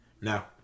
Now